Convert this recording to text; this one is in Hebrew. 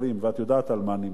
ואת יודעת על מה אני מדבר.